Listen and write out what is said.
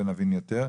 נבין יותר,